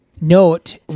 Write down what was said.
Note